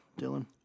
Dylan